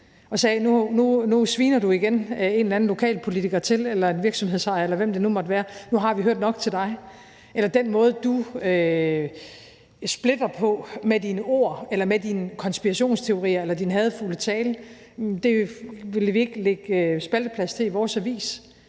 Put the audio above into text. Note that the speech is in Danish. og sagde: Nu sviner du igen en eller anden lokalpolitiker eller virksomhedsejer, eller hvem det nu måtte være, til, og nu har vi hørt nok til dig. Eller man sagde: Den måde, du med dine ord eller konspirationsteorier eller hadefulde tale splitter på, vil vi ikke lægge spalteplads til i vores avis.